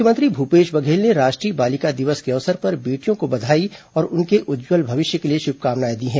मुख्यमंत्री भूपेश बघेल ने राष्ट्रीय बालिका दिवस के अवसर पर बेटियों को बघाई और उनके उज्ज्वल भविष्य के लिए श्रभकामनाएं दी हैं